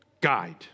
guide